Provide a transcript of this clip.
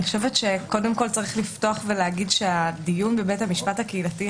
אני חושבת שצריך לפתוח ולהגיד שהדיון בבית המשפט הקהילתי,